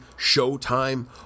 Showtime